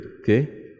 okay